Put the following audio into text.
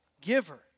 giver